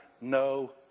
No